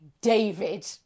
David